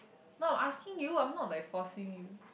no I'm asking you I'm not like forcing you